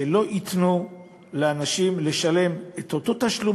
שלא ייתנו לאנשים לשלם את אותו תשלום